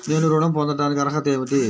నేను ఋణం పొందటానికి అర్హత ఏమిటి?